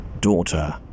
daughter